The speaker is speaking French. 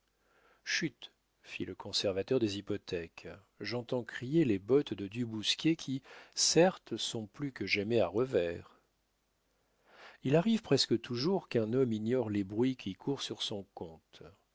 chut fit le conservateur des hypothèques j'entends crier les bottes de du bousquier qui certes sont plus que jamais à revers il arrive presque toujours qu'un homme ignore les bruits qui courent sur son compte